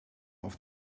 auf